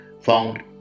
found